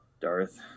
Darth